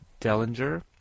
Dellinger